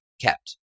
kept